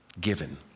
given